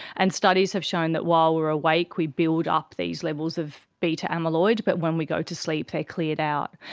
and studies of shown that while we are awake we build up these levels of beta amyloid, but when we go to sleep they are cleared out.